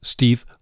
Steve